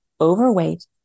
overweight